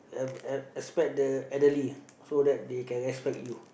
uh uh respect the elderly so that they can respect you